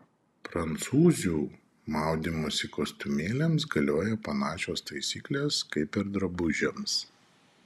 prancūzių maudymosi kostiumėliams galioja panašios taisyklės kaip ir drabužiams